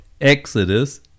Exodus